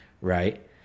right